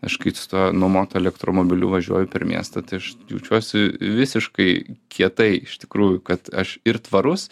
aš kaip su tuo nuomotu elektromobiliu važiuoju per miestą tai aš jaučiuosi visiškai kietai iš tikrųjų kad aš ir tvarus